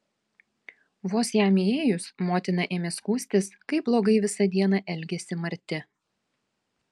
vos jam įėjus motina ėmė skųstis kaip blogai visą dieną elgėsi marti